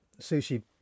Sushi